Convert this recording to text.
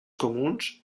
comuns